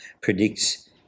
predicts